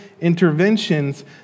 interventions